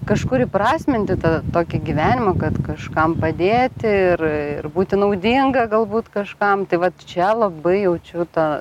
kažkur įprasminti tą tokį gyvenimą kad kažkam padėti ir ir būti naudinga galbūt kažkam tai vat čia labai jaučiu tą